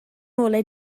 ngolau